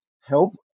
help